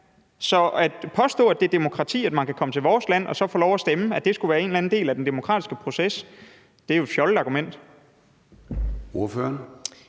Så at påstå, at det, at man kan komme til vores land og få lov at stemme, skulle være en eller anden del af den demokratiske proces, er jo et fjollet argument.